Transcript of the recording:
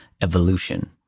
evolution